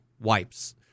wipes